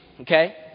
okay